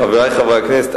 חברי חברי הכנסת,